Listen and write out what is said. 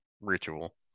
ritual